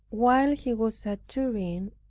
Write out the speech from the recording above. while he was at turin,